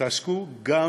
התעסקו בהם,